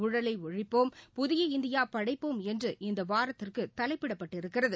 ஊழலைஒழிப்போம் புதிய இந்தியாபடைப்போம் என்று இந்தவாரத்துக்குதலைப்பிடப்பட்டிருக்கிறது